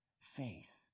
faith